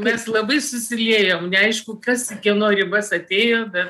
mes labai susiliejom neaišku kas į kieno ribas atėjo be